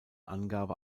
angabe